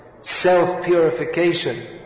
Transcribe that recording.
self-purification